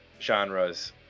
genres